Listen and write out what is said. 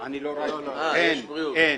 חבר'ה,